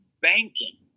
banking